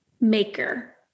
maker